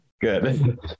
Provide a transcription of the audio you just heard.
good